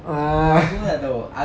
uh